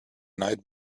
night